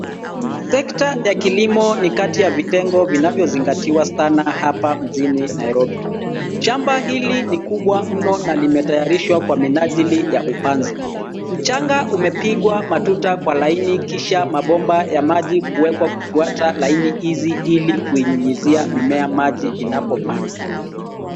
Sekta ya kilimo ni kati ya vitengo vinavyozingatiwa sana hapa mjini Nairobi. Shamba hili ni kubwa mno na limetayarishwa kwa minajili ya upanzi. Mchanga umepigwa matuta kwa laini kisha mabomba ya maji kuwekwa kufuata laini hizi ili kuinyunyizia mimea maji inapopandwa.